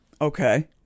Okay